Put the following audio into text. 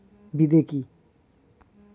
বিদে কি?